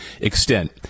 extent